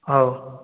ହଉ